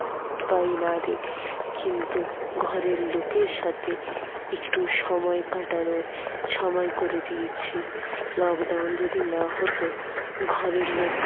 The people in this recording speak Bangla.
বা নাই দিক কিন্তু ঘরের লোকের সাথে একটু সময় কাটানোর সময় করে দিয়েছে লকডাউন যদি না হতো ঘরের লোক